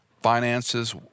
finances